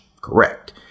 correct